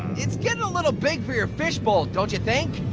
it's getting a little big for your fishbowl, don't you think?